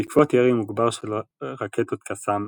בעקבות ירי מוגבר של רקטות קסאם,